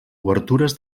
obertures